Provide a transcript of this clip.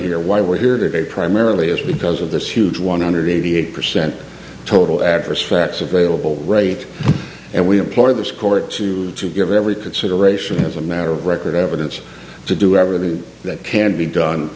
here why we're here today primarily is because of this huge one hundred eighty eight percent total adverse facts available rate and we employ this court to to give every consideration as a matter of record evidence to do everything that can be done